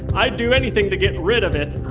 i'd do anything to get rid of it